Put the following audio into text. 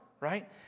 right